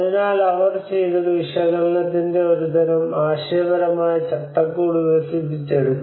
അതിനാൽ അവൾ ചെയ്തത് വിശകലനത്തിന്റെ ഒരുതരം ആശയപരമായ ചട്ടക്കൂട് വികസിപ്പിച്ചെടുത്തു